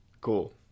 cool